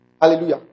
Hallelujah